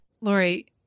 Lori